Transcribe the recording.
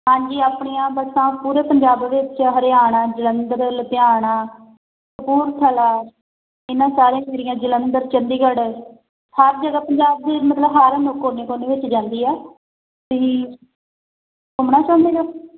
ਹਾਂਜੀ ਆਪਣੀਆਂ ਬੱਸਾਂ ਪੂਰੇ ਪੰਜਾਬ ਵਿੱਚ ਹਰਿਆਣਾ ਜਲੰਧਰ ਲੁਧਿਆਣਾ ਕਪੂਰਥਲਾ ਇਹਨਾਂ ਸਾਰੀਆਂ ਜਿਹੜੀਆਂ ਜਲੰਧਰ ਚੰਡੀਗੜ੍ਹ ਹਰ ਜਗ੍ਹਾ ਪੰਜਾਬ ਦੇ ਮਤਲਬ ਹਰ ਕੋਨੇ ਕੋਨੇ ਵਿਚ ਜਾਂਦੀ ਹੈ ਤੁਸੀਂ ਘੁੰਮਣਾ ਚਾਹੁੰਦੇ ਬੱਸ